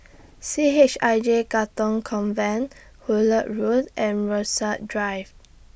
C H I J Katong Convent Hullet Road and Rasok Drive